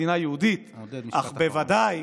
מדינה יהודית, אך בוודאי